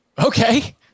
Okay